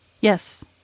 Yes